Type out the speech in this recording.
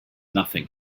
nothing